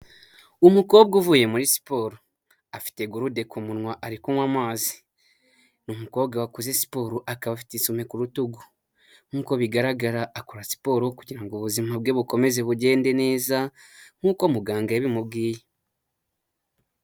Umukobwa uvuye muri siporo afite gurude ku munwa ari kunywa amazi ni umukobwa wakoze siporo akaba afite isume ku rutugu nk'uko bigaragara akora siporo kugira ngo ubuzima bwe bukomeze bugende neza nk'uko muganga yabimubwiye.